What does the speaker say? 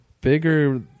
bigger